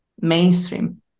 mainstream